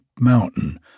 Mountain